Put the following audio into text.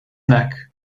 neck